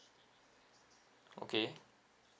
okay